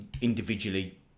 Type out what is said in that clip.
individually